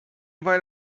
invite